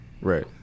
Right